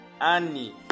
Annie